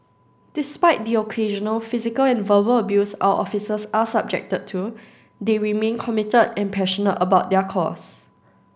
despite the occasional physical and verbal abuse our officers are subjected to they remain committed and passionate about their cause